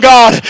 God